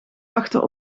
wachten